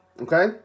okay